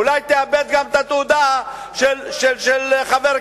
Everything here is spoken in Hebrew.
אולי תאבד גם את התעודה של חבר כנסת?